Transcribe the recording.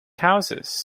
houses